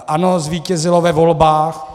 ANO zvítězilo ve volbách.